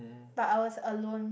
but I was alone